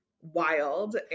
wild